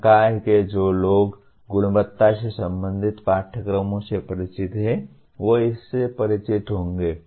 संकाय के जो लोग गुणवत्ता से संबंधित पाठ्यक्रमों से परिचित हैं वे इससे परिचित होंगे